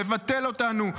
לבטל אותנו,